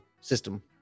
system